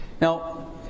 Now